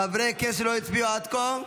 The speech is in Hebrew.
חברי כנסת שלא הצביעו עד כה?